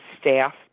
staff